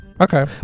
Okay